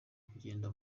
kugenda